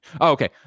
okay